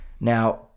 Now